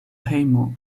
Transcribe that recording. hejmo